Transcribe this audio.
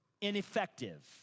ineffective